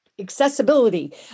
accessibility